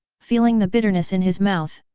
feeling the bitterness in his mouth.